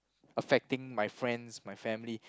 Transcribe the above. affecting my friends my family